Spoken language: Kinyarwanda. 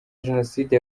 jenoside